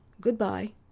Goodbye